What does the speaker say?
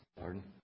Pardon